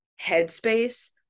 headspace